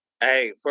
Hey